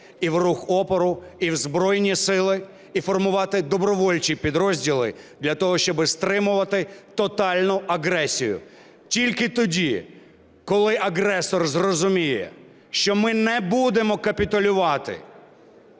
і в рух опору, і в Збройні Сили, і формувати добровольчі підрозділи для того, щоби стримувати тотальну агресію. Тільки тоді, коли агресор зрозуміє, що ми не будемо капітулювати,